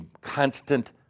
constant